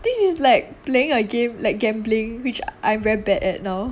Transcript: this is like playing a game like gambling which I'm very bad at now